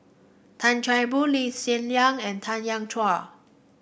Tan Chan Boon Lee Hsien and Tanya Chua